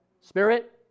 Spirit